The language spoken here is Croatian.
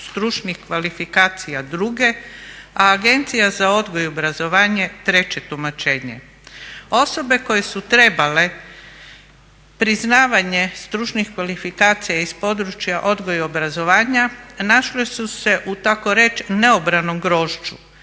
stručnih kvalifikacija druge, a Agencija za odgoj i obrazovanje treće tumačenje. Osobe koje su trebale priznavanje stručnih kvalifikacija iz područja odgoja i obrazovanja našle su se u tako reći neobranom grožđu.